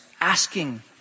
asking